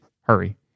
Hurry